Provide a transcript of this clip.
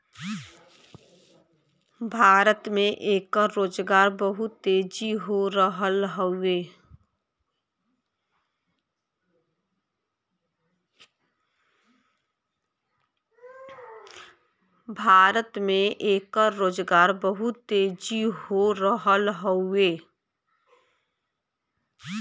भारत में एकर रोजगार बहुत तेजी हो रहल हउवे